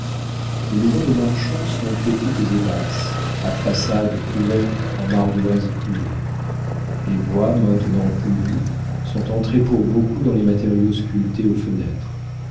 les maisons des marchands sont petites et basses à façades couvertes en ardoises clouées les bois maintenant pourris sont entrés pour beaucoup dans les matériaux sculptés aux fenêtres